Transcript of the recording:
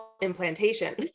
implantation